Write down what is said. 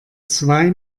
zwei